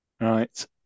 Right